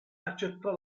accettò